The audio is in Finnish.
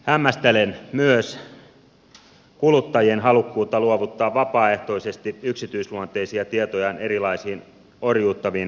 hämmästelen myös kuluttajien halukkuutta luovuttaa vapaaehtoisesti yksityisluonteisia tietojaan erilaisiin orjuuttaviin korttijärjestelmiin